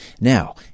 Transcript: Now